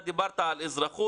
אתה דיברת על אזרחות.